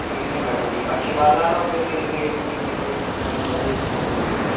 ഇല്ല മാഡം ഈ പക്ഷിപാതാളം ഒക്കെ കയറി കഴിയണമെങ്കിൽ എങ്ങനെ പോയാലും ഒരു ദിവസം മൊത്തം വേണ്ടിവരും